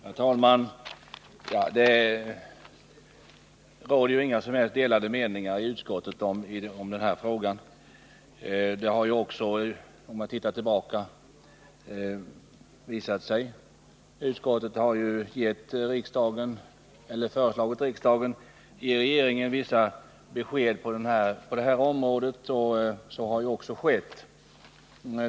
Herr talman! Det råder inga som helst delade meningar i utskottet om den här frågan. Om man tittar tillbaka visar det sig att det varit så även tidigare. Utskottet har föreslagit riksdagen att ge regeringen vissa besked på det här området, och så har också skett.